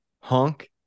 honk